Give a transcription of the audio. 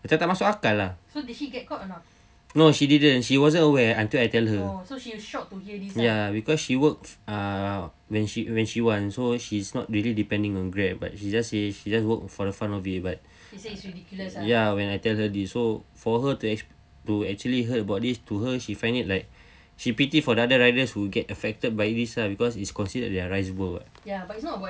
macam tak masuk akal no she didn't she wasn't aware until I tell her ya because she works err when she wants she was so she's not really depending on grab but she just if you just work for the fun of but ya when I tell her this so for her to do actually heard about this to her she find it like she pity for the other riders who get affected by this ah because it's considered their rice work ah